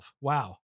Wow